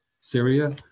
Syria